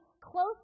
close